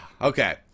Okay